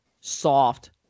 soft